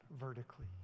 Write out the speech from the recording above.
vertically